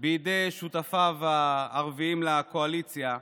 בידי שותפיו הערבים לקואליציה,